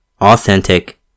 authentic